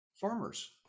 farmers